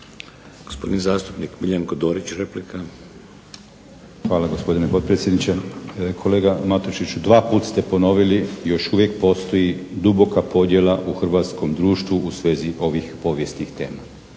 Gosopdin zastupnik Miljenko Dorić, replika. **Dorić, Miljenko (HNS)** Hvala gospodine potpredsjedniče. Kolega Matušiću, dvaput ste ponovili još uvijek postoji duboka podjela u hrvatskom društvu u svezi ovih povijesnih tema.